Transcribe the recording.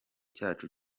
cyacu